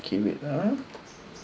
okay wait ah